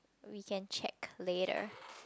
we can check later